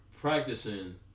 practicing